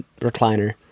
recliner